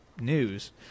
news